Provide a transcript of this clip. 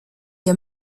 des